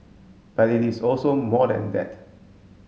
but it is also more than that